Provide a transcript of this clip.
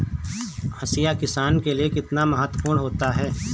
हाशिया किसान के लिए कितना महत्वपूर्ण होता है?